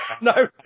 No